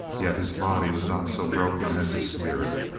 yet his body was not so broken as his spirit.